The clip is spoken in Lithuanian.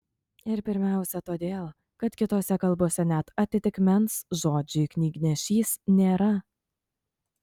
ir pirmiausia todėl kad kitose kalbose net atitikmens žodžiui knygnešys nėra